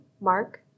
Mark